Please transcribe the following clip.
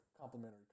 complementary